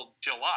July